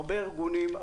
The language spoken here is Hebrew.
הרבה ארגונים,